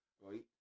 Right